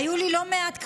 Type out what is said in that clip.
היו לי לא מעט קרבות,